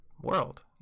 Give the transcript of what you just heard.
world